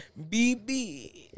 Bb